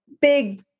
big